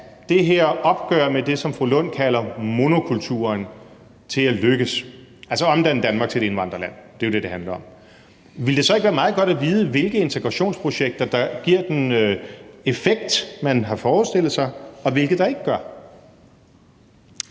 det her opgør med det, som fru Rosa Lund kalder monokulturen, til at lykkes – altså at omdanne Danmark til et indvandrerland; det er jo det, det handler om – ville det så ikke være meget godt at vide, hvilke integrationsprojekter der giver den effekt, man har forestillet sig, og hvilke der ikke gør?